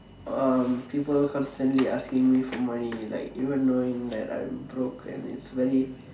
um people constantly asking me for money like even knowing that I'm broke and it's very